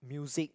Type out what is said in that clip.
music